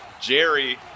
Jerry